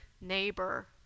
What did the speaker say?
neighbor